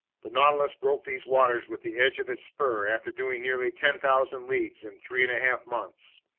the nautilus broke these waters with the edge of its spur after doing nearly ten thousand leagues in three and a half months,